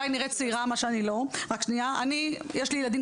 אני אולי נראית צעירה מה שאני לא.